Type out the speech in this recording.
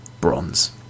bronze